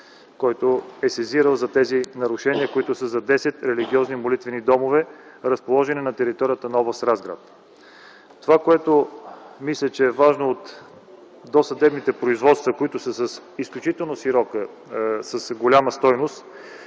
който е сезирал за тези нарушения, които са за десет религиозни молитвени домове, разположени на територията на област Разград. Това, което мисля, че е важно от досъдебните производства, които са с изключително голяма стойност,